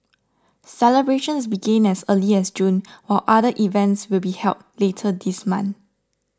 celebrations began as early as June while other events will be held later this month